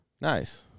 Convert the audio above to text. Nice